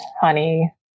honey